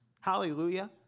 Hallelujah